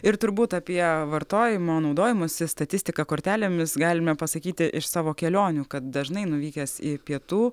ir turbūt apie vartojimo naudojimosi statistiką kortelėmis galime pasakyti iš savo kelionių kad dažnai nuvykęs į pietų